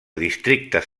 districtes